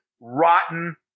rotten